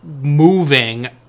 moving